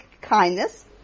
kindness